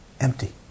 empty